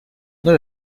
let